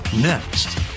Next